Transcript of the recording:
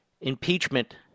impeachment